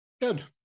Good